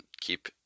keep